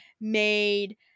made